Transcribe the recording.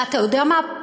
ואתה יודע מה,